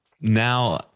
Now